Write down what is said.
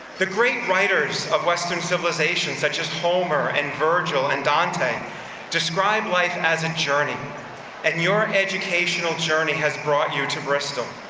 the great writers of western civilization such as homer and virgil and dante described life as a journey and your educational journey has brought you to bristol.